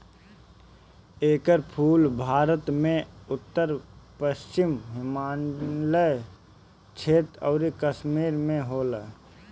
एकर फूल भारत में उत्तर पश्चिम हिमालय क्षेत्र अउरी कश्मीर में होला